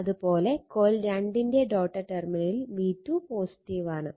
അത് പോലെ കോയിൽ 2 ന്റെ ഡോട്ട്ഡ് ടെർമിനലിൽ v2 പോസിറ്റീവ് ആണ്